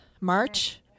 March